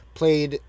played